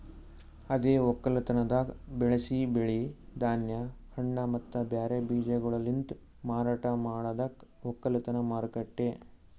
ಅದೇ ಒಕ್ಕಲತನದಾಗ್ ಬೆಳಸಿ ಬೆಳಿ, ಧಾನ್ಯ, ಹಣ್ಣ ಮತ್ತ ಬ್ಯಾರೆ ಬೀಜಗೊಳಲಿಂತ್ ಮಾರಾಟ ಮಾಡದಕ್ ಒಕ್ಕಲತನ ಮಾರುಕಟ್ಟೆ